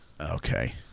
Okay